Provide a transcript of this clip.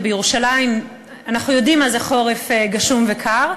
ובירושלים אנחנו יודעים מה זה חורף גשום וקר.